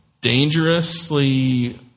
dangerously